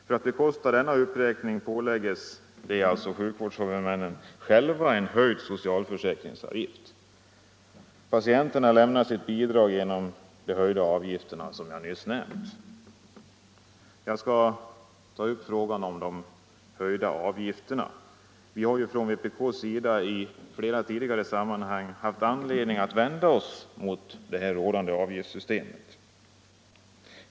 För att bekosta denna uppräkning påläggs sjukvårdshuvudmännen själva en höjd socialförsäkringsavgift. Patienterna lämnar sitt bidrag genom de höjda avgifterna som jag nyss nämnt. "Jag skall ta upp frågan om de höjda avgifterna. Vi har från vpks sida i flera tidigare sammanhang haft anledning att vända oss mot det rådande avgiftssystemet.